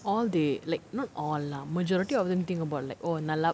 all they like not all lah majority of them think about like oh நல்லா:nalla